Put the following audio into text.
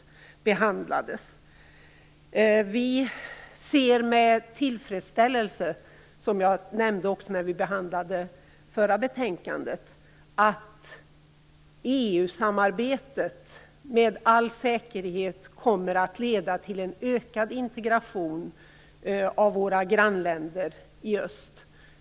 Som jag nämnde också när vi behandlade det förra betänkandet ser vi med tillfredsställelse att EU-samarbetet med all säkerhet kommer att leda till en ökad integration av våra grannländer i öst.